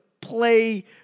play